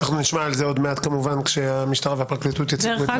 נשמע על זה עוד מעט כמובן כשהמשטרה והפרקליטות יציגו.